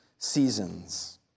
Seasons